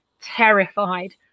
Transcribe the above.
terrified